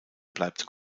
bleibt